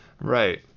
Right